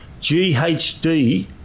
GHD